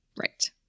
Right